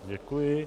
Děkuji.